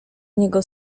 niego